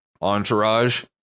entourage